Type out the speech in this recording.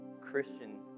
Christian